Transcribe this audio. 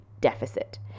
deficit